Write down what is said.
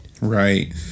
Right